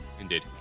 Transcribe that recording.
Indeed